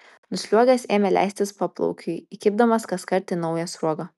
nusliuogęs ėmė leistis paplaukiui įkibdamas kaskart į naują sruogą